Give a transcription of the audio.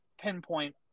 pinpoint